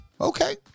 Okay